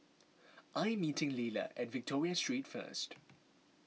I am meeting Lila at Victoria Street first